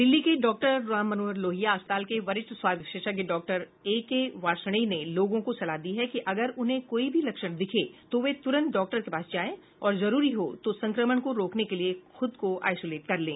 दिल्ली के डॉक्टर राममनोहर लोहिया अस्पताल के वरिष्ठ स्वास्थ्य विशेषज्ञ डॉक्टर ए के वार्ष्णेय ने लोगों को सलाह दी है कि अगर उन्हें कोई भी लक्षण दिखे तो वे तुरंत डॉक्टर के पास जाएं और जरूरी हो तो संक्रमण को रोकने के लिए खुद को आइसोलेट कर लें